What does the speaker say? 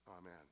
amen